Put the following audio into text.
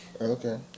Okay